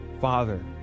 father